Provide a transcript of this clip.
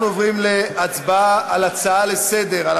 אנחנו עוברים להצבעה על הצעה לסדר-היום,